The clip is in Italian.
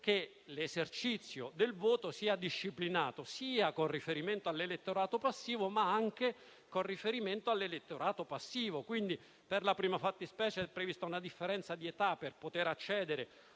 che l'esercizio del voto sia disciplinato sia con riferimento all'elettorato passivo, sia con riferimento all'elettorato attivo. Per la prima fattispecie è prevista una differenza di età per poter accedere